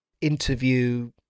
interview